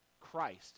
Christ